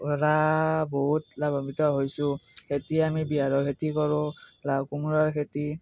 পৰা বহুত লাভান্বিত হৈছোঁ এতিয়া আমি বিহাৰৰ খেতি কৰোঁ লাও কোমোৰাৰ খেতি